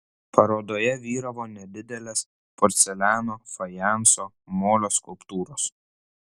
parodoje vyravo nedidelės porceliano fajanso molio skulptūros